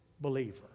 believer